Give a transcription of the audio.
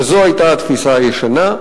כזו היתה התפיסה הישנה,